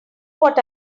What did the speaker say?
what